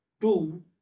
Two